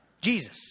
Jesus